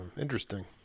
Interesting